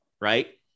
right